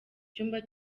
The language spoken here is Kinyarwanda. cyumba